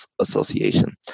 Association